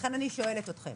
לכן אני שואלת אתכם,